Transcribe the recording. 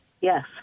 Yes